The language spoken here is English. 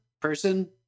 person